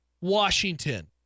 Washington